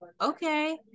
okay